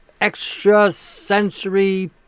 extrasensory